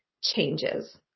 changes